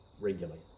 regularly